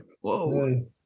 whoa